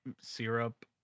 syrup